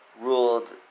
ruled